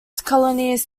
colonies